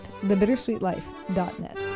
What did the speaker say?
thebittersweetlife.net